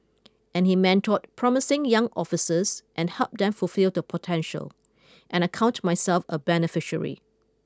and he mentored promising young officers and helped them fulfil their potential and I count myself a beneficiary